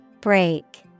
Break